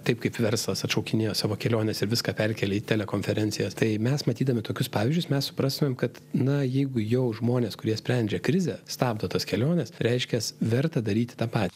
taip kaip verslas atšaukinėjo savo keliones ir viską perkėlė į telekonferencijas tai mes matydami tokius pavyzdžius mes suprastumėm kad na jeigu jau žmonės kurie sprendžia krizę stabdo tas keliones reiškians verta daryti tą patį